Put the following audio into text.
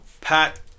Pat